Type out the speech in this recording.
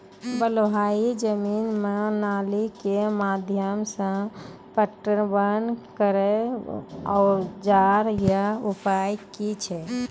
बलूआही जमीन मे नाली के माध्यम से पटवन करै औजार या उपाय की छै?